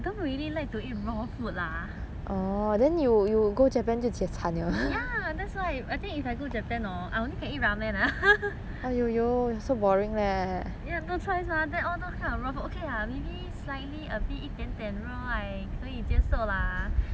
ya that's why I think if I go japan hor I only can eat ramen ya no choice mah then all those kind of raw food okay lah maybe slightly a bit 一点点 raw I 可以接受 lah but okay lah the most